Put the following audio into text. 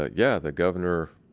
ah yeah, the governor